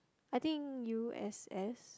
I think U_S_S